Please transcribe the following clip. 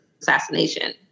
assassination